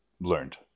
learned